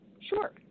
sure